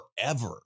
forever